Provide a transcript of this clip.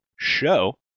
show